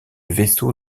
vaisseau